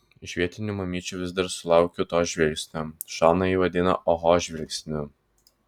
iš vietinių mamyčių vis dar sulaukiu to žvilgsnio šona jį vadina oho žvilgsniu